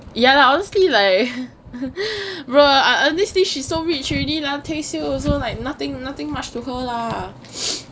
ya lah honestly like bruh honestly she's so rich already 退休 also like nothing nothing much to her lah